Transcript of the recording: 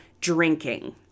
drinking